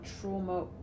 trauma